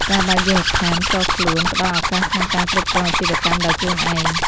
ការបើកយានដ្ឋានផ្ទាល់ខ្លួនផ្តល់ឱកាសក្នុងការគ្រប់គ្រងអាជីវកម្មដោយខ្លួនឯង។